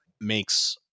makes